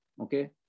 Okay